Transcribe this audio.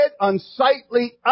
unsightly